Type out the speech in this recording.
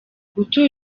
gutura